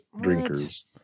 drinkers